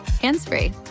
hands-free